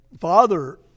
father